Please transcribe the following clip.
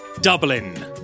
Dublin